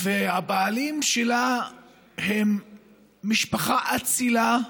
והבעלים שלה הם משפחה אצילה: